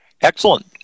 Excellent